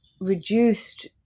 reduced